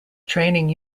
training